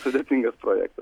sudėtingas projektas